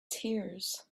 tears